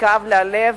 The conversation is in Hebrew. וכאב לי הלב